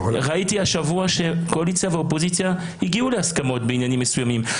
ראיתי השבוע שהקואליציה והאופוזיציה הגיעו להסכמות בעניינים מסוימים.